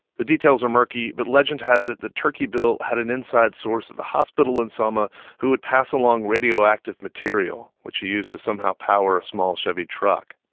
the details are murky, but legend has it that turkey bill had an inside source at the hospital in selma who would pass along radioactive material, which he used to somehow power a small chevy truck.